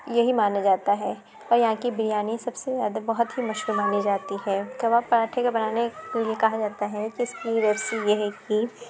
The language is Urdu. یہی مانا جاتا ہے اور یہاں کی بریانی سب سے زیادہ بہت ہی مشہور مانی جاتی ہے کباب پراٹھے کا بنانے کا طریقہ کہا جاتا ہے کہ اِس کی ریسپی یہ ہے کہ